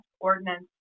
ordinance